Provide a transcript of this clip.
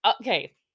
okay